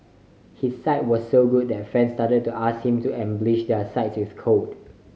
his site was so good that friends started to ask him to embellish their sites with code